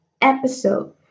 episode